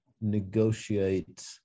negotiate